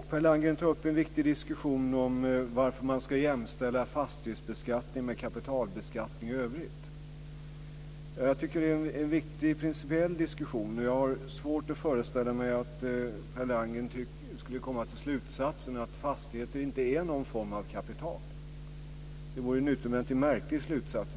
Per Landgren tar upp en viktig diskussion om varför man ska jämställa fastighetsbeskattning med kapitalbeskattning i övrigt. Det är en viktig principiell diskussion, och jag har svårt att föreställa mig att Per Landgren skulle komma till slutsatsen att fastigheter inte är någon form av kapital. Det vore i så fall en utomordentligt märklig slutsats.